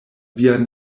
via